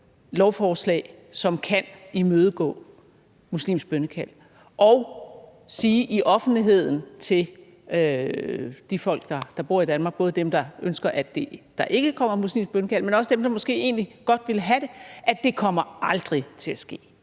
lovforslag, som kan imødegå muslimsk bønnekald og sige i offentligheden til de folk, der bor i Danmark, både dem, der ønsker, at der ikke skal være muslimsk bønnekald, men også dem, som måske egentlig godt vil have det, at det aldrig kommer til at ske